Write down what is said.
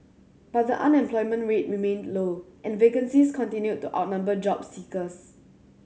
but the unemployment rate remained low and vacancies continued to outnumber job seekers